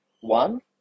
One